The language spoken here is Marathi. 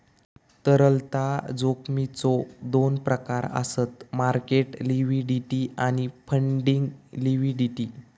तरलता जोखमीचो दोन प्रकार आसत मार्केट लिक्विडिटी आणि फंडिंग लिक्विडिटी